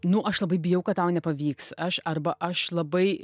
nu aš labai bijau kad tau nepavyks aš arba aš labai